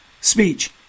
speech